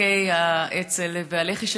ותיקי האצ"ל והלח"י,